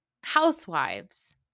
housewives